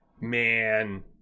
man